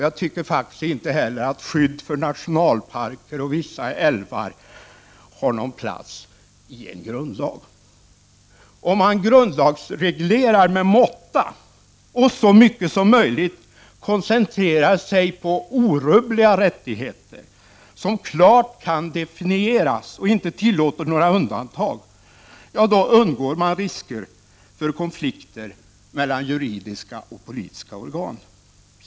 Jag tycker faktiskt inte heller att skyddet för nationalparker och vissa älvar har någon plats i en grundlag. Om man grundlagsreglerar med måtta och så mycket som möjligt koncentrerar sig på orubbliga rättigheter som klart kan definieras och inte tillåter några undantag, då undgår man risker för konflikter mellan juridiska och politiska organ.